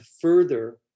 further